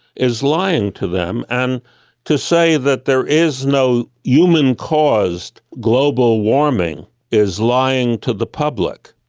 is lying to them. and to say that there is no human-caused global warming is lying to the public.